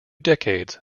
decades